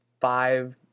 five